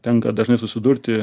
tenka dažnai susidurti